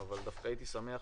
אבל הייתי שמח